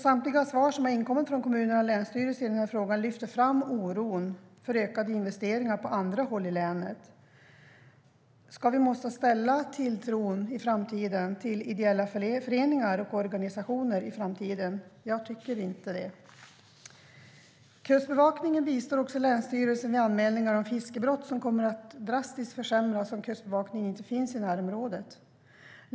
Samtliga svar som inkommit från kommuner och länsstyrelser lyfter fram oron för ökade investeringar på andra håll i länen. Ska vi behöva sätta vår tilltro till ideella föreningar och organisationer i framtiden? Jag tycker inte det. Kustbevakningen bistår också länsstyrelsen vid anmälningar om fiskebrott. Där kommer läget drastiskt att försämras om Kustbevakningen inte finns i närområdet.